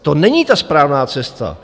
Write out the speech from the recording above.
To není ta správná cesta.